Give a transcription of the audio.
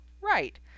right